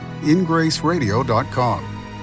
ingraceradio.com